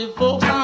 folks